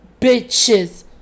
bitches